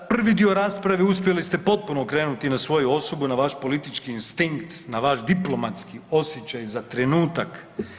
Prvi dio rasprave uspjeli ste potpuno okrenuti na svoju osobu i na vaš politički instinkt, na vaš diplomatski osjećaj za trenutak.